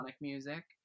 music